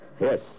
Yes